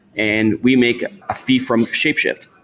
and we make a fee from shapeshift.